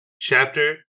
chapter